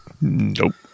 Nope